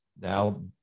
now